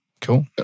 cool